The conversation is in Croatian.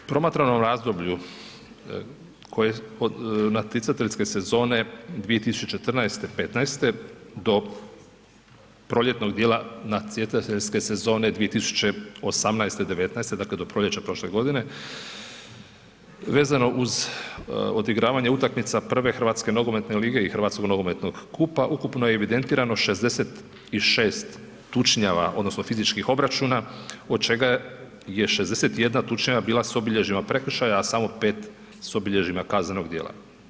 U promatranom razdoblju natjecateljske sezone 2014., 15. do proljetnog dijela natjecateljske sezone 2018.-19. dakle do proljeća prošle godine vezano uz odigravanje utakmica I. hrvatske nogometne lige i hrvatskog nogometnog kupa ukupno je evidentirano 66 tučnjava odnosno fizičkih obračuna od čega je 61 tučnjava bila sa obilježjima prekršaja a samo 5 s obilježjima kaznenog djela.